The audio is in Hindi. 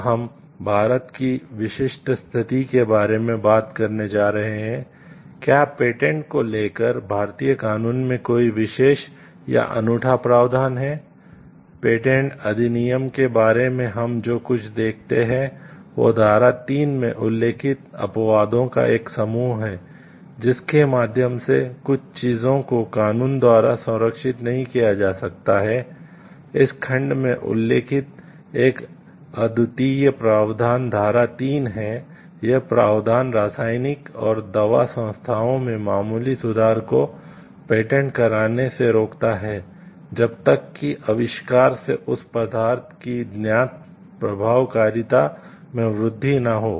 अब हम भारत की विशिष्ट स्थिति के बारे में बात करने जा रहे हैं क्या पेटेंट कराने से रोकता है जब तक कि आविष्कार से उस पदार्थ की ज्ञात प्रभावकारिता में वृद्धि न हो